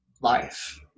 life